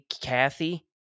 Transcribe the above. Kathy